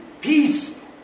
peace